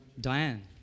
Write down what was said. Diane